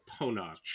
Ponach